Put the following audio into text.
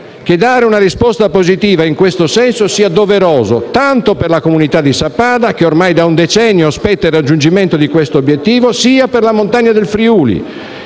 che dare una risposta positiva in questo senso sia doveroso, tanto per la comunità di Sappada, che ormai da un decennio aspetta il raggiungimento di questo obiettivo, che per la montagna del Friuli